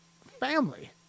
family